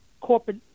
corporate